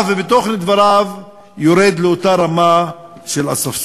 ובתוכן דבריו יורד לאותה רמה של אספסוף.